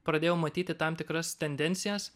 pradėjau matyti tam tikras tendencijas